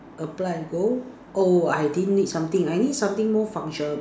apply and go oh I didn't need something I need something more function